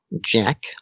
Jack